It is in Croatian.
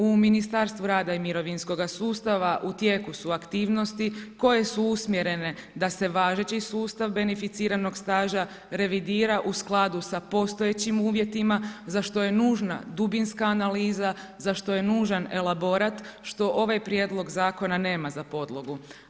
U Ministarstvu rada i mirovinskoga sustava u tijeku su aktivnosti koje su usmjerene da se važeći sustav beneficiranog staža revidira u skladu sa postojećim uvjetima za što je nužna dubinska analiza, za što je nužan elaborat što ovaj prijedlog zakona nema za podlogu.